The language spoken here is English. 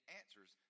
answers